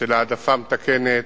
של העדפה מתקנת,